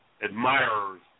Admirers